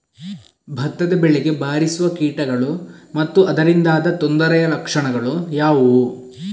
ಭತ್ತದ ಬೆಳೆಗೆ ಬಾರಿಸುವ ಕೀಟಗಳು ಮತ್ತು ಅದರಿಂದಾದ ತೊಂದರೆಯ ಲಕ್ಷಣಗಳು ಯಾವುವು?